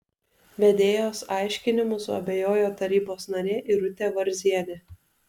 vedėjos aiškinimu suabejojo tarybos narė irutė varzienė